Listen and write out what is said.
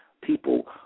people